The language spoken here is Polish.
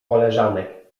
koleżanek